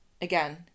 again